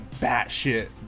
batshit